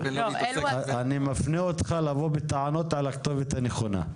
אני מפנה אותך לבוא בטענות לכתובת הנכונה.